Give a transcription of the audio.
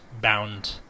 bound